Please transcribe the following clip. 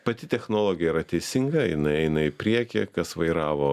pati technologija yra teisinga jinai eina į priekį kas vairavo